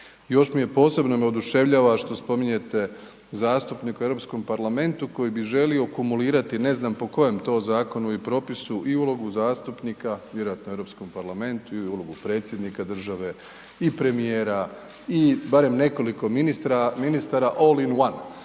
Još me posebno oduševljava što spominjete zastupnika u Europskom parlamentu koji bi želio kumulirati ne znam po kojem to zakonu i propisu, i ulogu zastupnika, vjerojatno u Europskom parlamentu i ulogu Predsjednika države i premijera i barem nekoliko ministara, all in one.